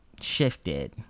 shifted